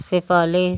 से पहले